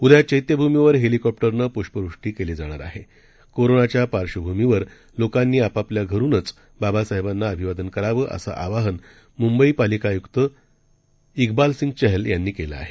उद्या चैत्यभूमीवर हेल्पिकॉप्टरनं प्ष्पवृष्टी केली जाणार आहे कोरोनाच्या पार्श्वभूमीवर लोकांनी आपापल्या घरुनच बाबासाहेबांना अभिवादन करावं असं आवाहन मुंबईचे पालिका आयुक्त इक्बाल सिंग चहल यांनी केलं आहे